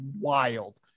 wild